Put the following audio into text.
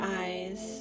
eyes